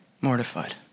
mortified